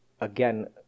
again